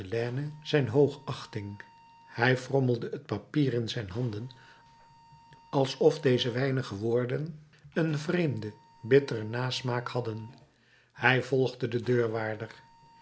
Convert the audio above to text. zijn hoogachting hij frommelde het papier in zijn handen alsof deze weinige woorden een vreemden bitteren nasmaak hadden hij volgde den deurwaarder